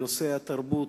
נושא התרבות,